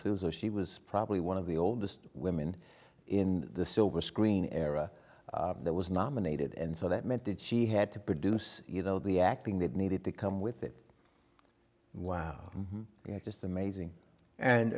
through so she was probably one of the oldest women in the silver screen era that was nominated and so that meant that she had to produce you know the acting that needed to come with it wow you know just amazing and